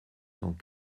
cent